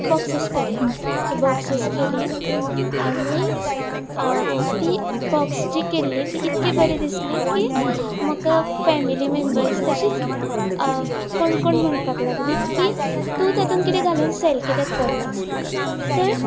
boxes करुया सो boxes केली आनी ती बॉक्स जी केल्ली ती इतकी बरी दिसली की म्हाका फॅमिली मेंबर्स तशीच कोण कोण म्हणपाक लागली की तूं तातून किदें घालून सेल कित्याक करना तर